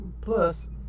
Plus